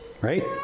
right